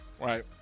Right